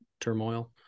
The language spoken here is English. turmoil